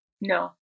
No